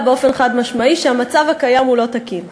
באופן חד-משמעי שהמצב הקיים הוא לא תקין.